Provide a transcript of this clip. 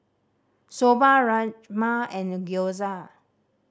Soba Rajma and Gyoza